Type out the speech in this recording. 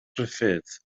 gruffudd